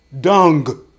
Dung